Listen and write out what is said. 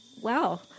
wow